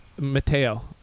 Mateo